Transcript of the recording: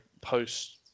post